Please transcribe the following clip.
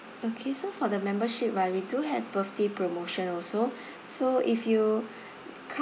okay so for the membership right we do have birthday promotion also so if you come